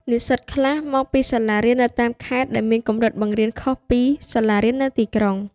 និស្សិតខ្លះមកពីសាលារៀននៅតាមខេត្ត ដែលមានកម្រិតបង្រៀនខុសពីសាលារៀននៅទីក្រុង។